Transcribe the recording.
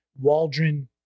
waldron